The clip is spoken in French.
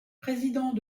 président